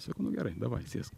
sakau nu gerai davai sėsk